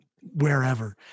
wherever